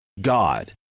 God